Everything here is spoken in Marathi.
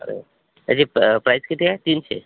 अरे ह्याची प प्राइस किती आहे तीनशे